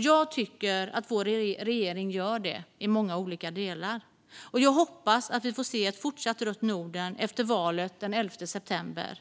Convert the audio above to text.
Jag tycker att Sveriges regering gör det i många olika delar, och jag hoppas att vi får se ett fortsatt rött Norden efter valet den 11 september.